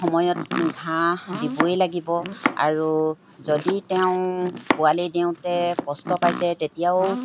সময়ত ঘাঁহ দিবই লাগিব আৰু যদি তেওঁ পোৱালি দিওঁতে কষ্ট পাইছে তেতিয়াও